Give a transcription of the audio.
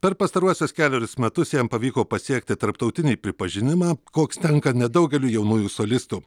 per pastaruosius kelerius metus jam pavyko pasiekti tarptautinį pripažinimą koks tenka nedaugeliui jaunųjų solistų